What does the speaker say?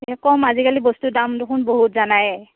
কি ক'ম আজিকালি বস্তুৰ দাম দেখোন বহুত জানায়ে